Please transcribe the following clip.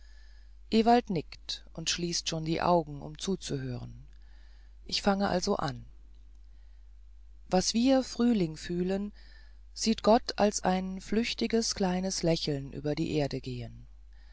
ewald nickt und schließt schon die augen um zuzuhören ich fange also an was wir frühling fühlen sieht gott als ein flüchtiges kleines lächeln über die erde gehen